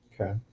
Okay